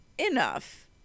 enough